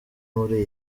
muri